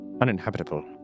uninhabitable